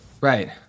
Right